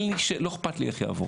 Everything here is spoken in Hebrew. לא אכפת לי איך זה יעבור.